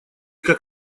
как